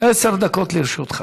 עשר דקות לרשותך.